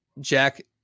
Jack